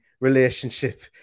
relationship